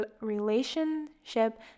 relationship